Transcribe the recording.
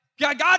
God